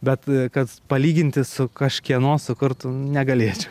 bet kad palyginti su kažkieno sukurtu negalėčiau